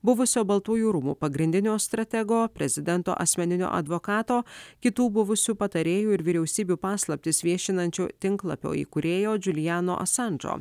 buvusio baltųjų rūmų pagrindinio stratego prezidento asmeninio advokato kitų buvusių patarėjų ir vyriausybių paslaptis viešinančio tinklapio įkūrėjo džiulijano asandžo